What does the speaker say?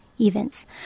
events